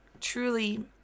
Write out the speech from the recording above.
truly